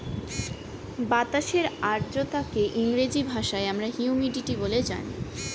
বাতাসের আর্দ্রতাকে ইংরেজি ভাষায় আমরা হিউমিডিটি বলে জানি